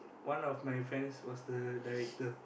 one of my friends was the director